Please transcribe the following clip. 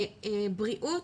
בריאות,